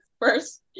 first